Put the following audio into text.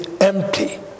empty